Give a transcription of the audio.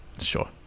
Sure